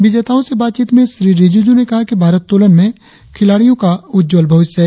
विजेताओं से बातचीत में श्री रिजिजू ने कहा कि भारत्तोलन में खिलाड़ियों का उज्ज्वल भविष्य है